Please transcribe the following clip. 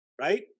right